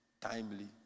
timely